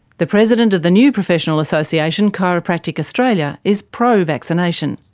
the president of the new professional association, chiropractic australia, is pro-vaccination.